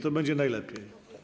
Tak będzie najlepiej.